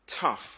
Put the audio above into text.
tough